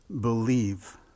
believe